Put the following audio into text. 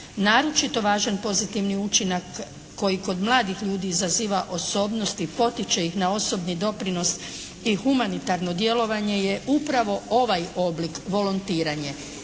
Naročito važan pozitivni učinak koji kod mladih ljudi izaziva osobnosti i potiče ih na osobni doprinos i humanitarno djelovanje je upravo ovaj oblik volontiranje.